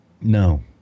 No